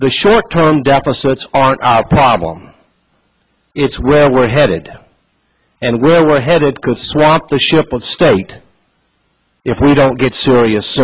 the short term deficits aren't our problem it's where we're headed and where we're headed chris rock the ship of state if we don't get serious